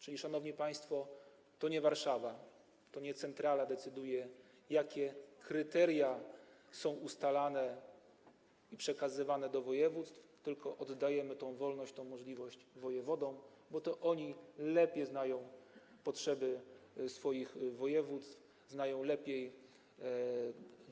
Czyli, szanowni państwo, to nie Warszawa, to nie centrala decyduje, jakie kryteria są ustalane i przekazywane do województw, tylko oddajemy tę wolność, tę możliwość wojewodom, bo to oni lepiej znają potrzeby swoich województw, lepiej znają